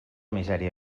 misèria